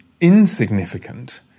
insignificant